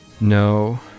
No